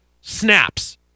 snaps